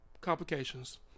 complications